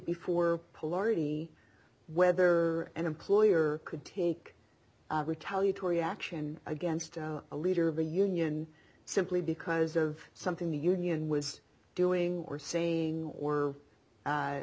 polarity whether an employer could take retaliatory action against a leader of a union simply because of something the union was doing or saying or